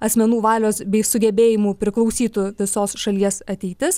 asmenų valios bei sugebėjimų priklausytų visos šalies ateitis